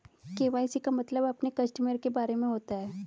KYC का मतलब अपने कस्टमर के बारे में होता है